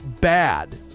bad